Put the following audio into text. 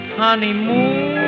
honeymoon